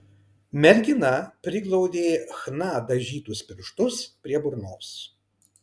mergina priglaudė chna dažytus pirštus prie burnos